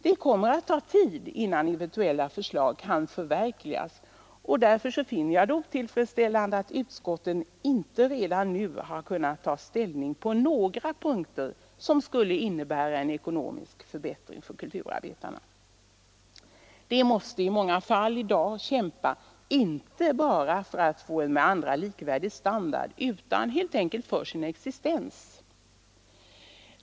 Det kommer att ta tid innan eventuella förslag kan förverkligas, och därför finner jag det otillfredsställande att utskottet inte på några punkter redan nu har kunnat ta en ställning som skulle innebära en ekonomisk förbättring för kulturarbetarna. De måste i många fall i dag kämpa inte bara för att få en med andra likvärdig standard utan helt enkelt för sin existens.